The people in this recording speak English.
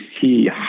see